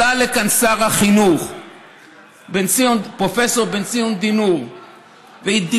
עלה לפה שר החינוך פרופ' בן-ציון דינור ודיבר